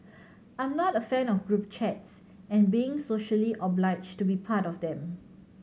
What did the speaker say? I'm not a fan of group chats and being socially obliged to be part of them